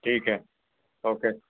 ٹھیک ہے اوکے